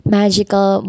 magical